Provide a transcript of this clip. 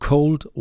Cold